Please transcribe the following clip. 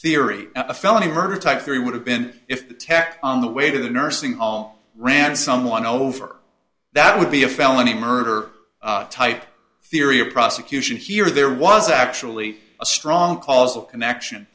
theory a felony murder type three would have been if the tech on the way to the nursing all ran someone over that would be a felony murder type theory or prosecution here there was actually a strong causal connection